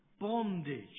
bondage